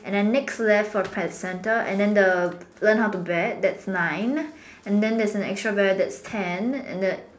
and then Nick left for placenta and the learn how to bet that's nine and then there's an extra barrel that's ten and the